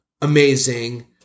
Amazing